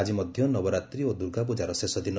ଆଜି ମଧ୍ୟ ନବରାତ୍ରୀ ଓ ଦୁର୍ଗାପ୍ରଜାର ଶେଷଦିନ